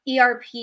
ERP